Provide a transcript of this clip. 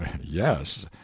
yes